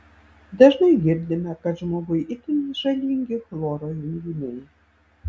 dažnai girdime kad žmogui itin žalingi chloro junginiai